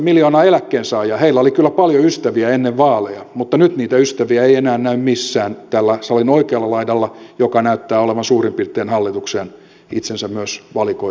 puolellatoista miljoonalla eläkkeensaajalla oli kyllä paljon ystäviä ennen vaaleja mutta nyt niitä ystäviä ei enää näy missään salin oikealla laidalla joka näyttää olevan suurin piirtein hallitukseen itsensä myös valikoinut